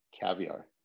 Caviar